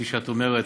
כפי שאת אומרת.